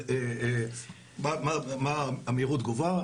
מה מהירות התגובה?